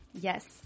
yes